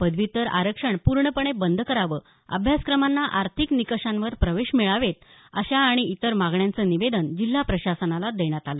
पदव्यूत्तर आरक्षण पूर्णपणे बंद करावं अभ्यासक्रमांना आर्थिक निकषांवर प्रवेश मिळावेत अशा आणि इतर मागण्यांचं निवेदन जिल्हा प्रशासनाला देण्यात आलं